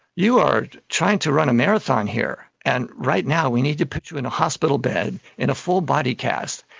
you are trying to run a marathon here, and right now we need to put you in a hospital bed in a full body cast,